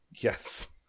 Yes